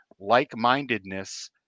like-mindedness